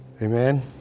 Amen